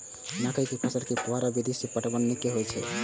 मकई के फसल में फुहारा विधि स पटवन नीक हेतै की नै?